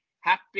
happy